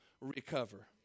recover